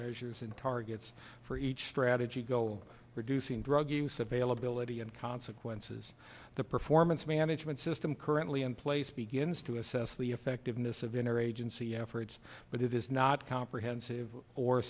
measures and targets for each strategy goal reducing drug use availability and consequences the performance management system currently in place begins to assess the effectiveness of inner agency efforts but it is not comprehensive or